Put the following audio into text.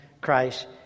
Christ